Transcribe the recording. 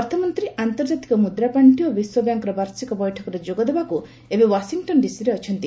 ଅର୍ଥମନ୍ତ୍ରୀ ଆନ୍ତର୍ଜାତିକ ମୁଦ୍ରାପାଣ୍ଡି ଓ ବିଶ୍ୱବ୍ୟାଙ୍କର ବାର୍ଷିକ ବୈଠକରେ ଯୋଗ ଦେବାକୁ ଏବେ ୱାଶିଂଟନ୍ ଡିସିରେ ଅଛନ୍ତି